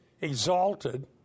exalted